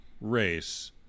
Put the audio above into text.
race